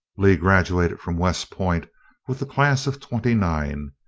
lee graduated from west point with the class of twenty nine,